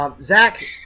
Zach